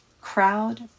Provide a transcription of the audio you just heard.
crowd